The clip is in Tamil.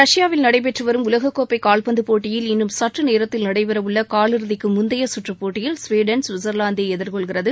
ரஷ்யாவில் நடைபெற்று வரும் உலகக் கோப்பை கால்பந்து போட்டியில் இன்னும் சற்றுநேரத்தில் நடைபெற உள்ள காலிறுதிக்கு முந்தைய குற்று போட்டியில் குவீடன் சுவிட்சர்லாந்தை எதிர்கொள்கிறது